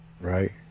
right